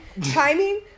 timing